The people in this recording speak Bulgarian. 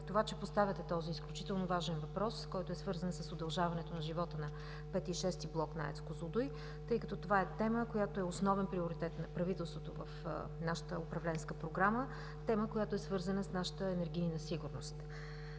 затова, че поставяте този изключително важен въпрос, свързан с удължаването на живота на V-ти и VІ-ти блок на АЕЦ „Козлодуй“, тъй като това е тема, която е основен приоритет на правителството в нашата управленска програма. Тема която е свързана с нашата енергийна сигурност.